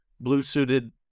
blue-suited